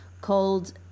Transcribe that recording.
...called